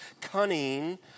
cunning